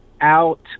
out